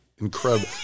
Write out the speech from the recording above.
incredible